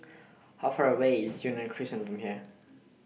How Far away IS Yunnan Crescent from here